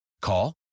Call